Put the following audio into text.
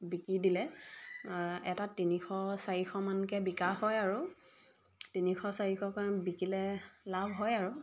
বিকি দিলে এটাত তিনিশ চাৰিশমানকৈ বিকা হয় আৰু তিনিশ চাৰিশ কাৰণ বিকিলে লাভ হয় আৰু